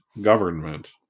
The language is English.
Government